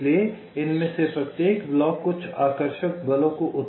इसलिए इनमें से प्रत्येक ब्लॉक कुछ आकर्षक बलों को उत्पन्न कर रहा है